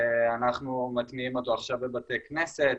אנחנו מטמיעים אותו עכשיו בבתי כנסת,